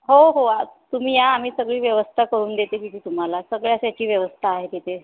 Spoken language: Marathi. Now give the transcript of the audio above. हो हो आं तुम्ही या आम्ही सगळी व्यवस्था करून देते तिथे तुम्हाला सगळ्यास ह्याची व्यवस्था आहे तिथे